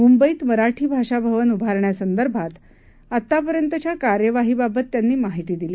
मुंबईत मराठी भाषा भवन उभारण्यासंदर्भात आतापर्यंतच्या कार्यवाहीबाबत त्यांनी माहिती दिली